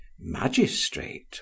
Magistrate